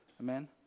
amen